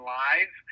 live